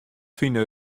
fine